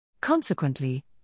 Consequently